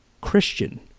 Christian